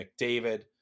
McDavid